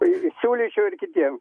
tai siūlyčiau ir kitiem